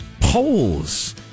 polls